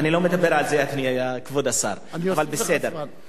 אני אוסיף לך זמן, אבל תמשיך.